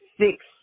six